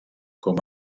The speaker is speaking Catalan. com